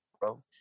bro